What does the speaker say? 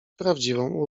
prawdziwą